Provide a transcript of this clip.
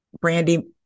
Brandy